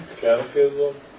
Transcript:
catechism